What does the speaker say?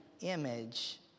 image